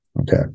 Okay